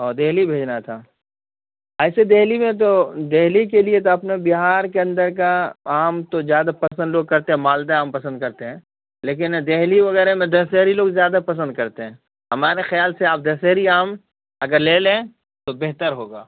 اور دہلی بھیجنا تھا ایسے دہلی میں تو دہلی کے لیے تو اپنا بہار کے اندر کا آم تو زیادہ پسند لوگ کرتے ہیں مالدہ آم پسند کرتے ہیں لیکن دہلی وغیرہ میں دسہری لوگ زیادہ پسند کرتے ہیں ہمارے خیال سے آپ دسہری آم اگر لے لیں تو بہتر ہوگا